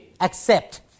Accept